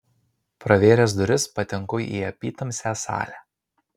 pravėręs duris patenku į apytamsę salę